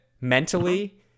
mentally